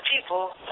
people